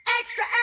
extra